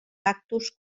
cactus